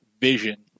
vision